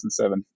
2007